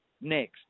next